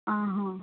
आं आं